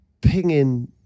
pinging